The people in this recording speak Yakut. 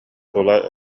тула